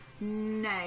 No